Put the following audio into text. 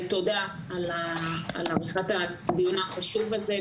תודה על עריכת הדיון החשוב הזה,